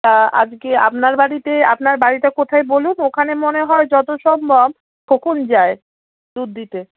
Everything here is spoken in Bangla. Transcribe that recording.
তা আজকে আপনার বাড়িতে আপনার বাড়িটা কোথায় বলুন ওখানে মনে হয় যতো সম্ভব খোকন যায় দুধ দিতে